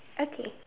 okay